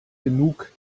genug